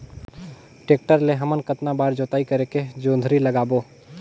Tractor ले हमन कतना बार जोताई करेके जोंदरी लगाबो?